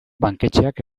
banketxeak